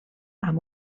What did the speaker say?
amb